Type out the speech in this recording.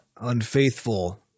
unfaithful